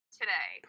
today